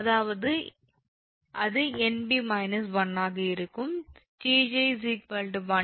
எனவே அது 𝑁𝐵−1 ஆக இருக்கும் 𝑗𝑗 1